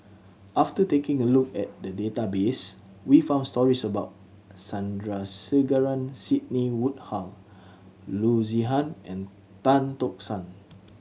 after taking a look at the database we found stories about Sandrasegaran Sidney Woodhull Loo Zihan and Tan Tock San